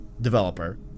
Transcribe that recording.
developer